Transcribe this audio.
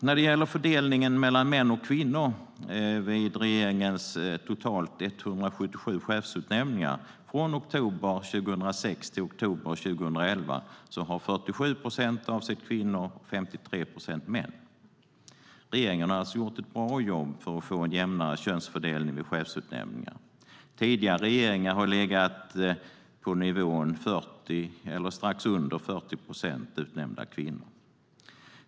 När det gäller fördelningen mellan män och kvinnor vid regeringens totalt 177 chefsutnämningar från oktober 2006 till oktober 2011 har 47 procent avsett kvinnor och 53 procent män. Regeringen har gjort ett bra jobb för att få en jämnare könsfördelning vid chefsutnämningar. Tidigare regeringar har legat på eller strax under nivån 40 procent utnämnda kvinnor.